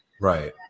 Right